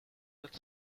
that